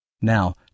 Now